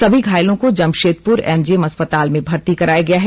सभी घायलों को जमशेदपुर एमजीएम अस्पताल में भर्ती कराया गया है